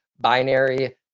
binary